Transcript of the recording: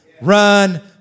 Run